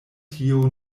tio